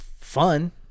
fun